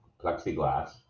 plexiglass